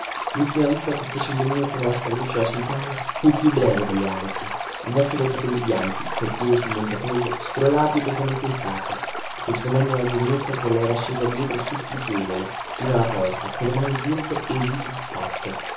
lultima visita che fece il legnetto nella stradicciuola solitaria fu più breve delle altre un vecchio dai capelli bianchi col piede sul montatoio scrollava pietosamente il capo rispondendo a una giovinetta che le era scesa dietro supplichevole sino alla porta colle mani giunte e il viso disfatto